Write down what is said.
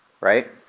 right